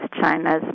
China's